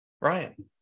Ryan